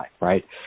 right